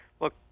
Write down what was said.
look